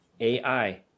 AI